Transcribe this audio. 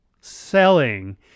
selling